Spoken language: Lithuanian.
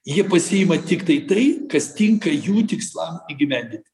jie pasiima tiktai tai kas tinka jų tikslam įgyvendinti